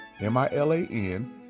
M-I-L-A-N